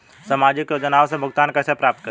सामाजिक योजनाओं से भुगतान कैसे प्राप्त करें?